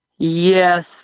yes